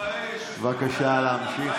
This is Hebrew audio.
בבקשה להמשיך.